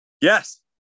Yes